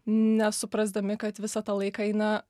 nesuprasdami kad visą tą laiką eina